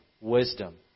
wisdom